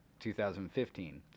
2015